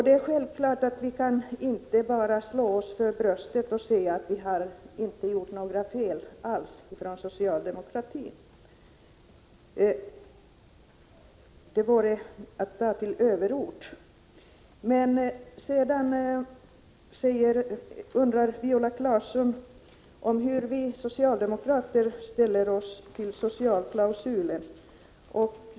Det är självklart att vi inte bara kan slå oss för bröstet och säga att vi inte alls har gjort några fel inom socialdemokratin — det vore att ta till överord. Viola Claesson undrar hur vi socialdemokrater ställer oss till socialklausulen.